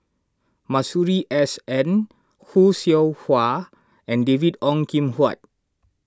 Masuri S N Khoo Seow Hwa and David Ong Kim Huat